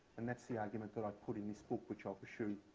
and that's the argument that i put in this book, which i'll for